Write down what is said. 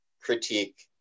critique